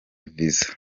visa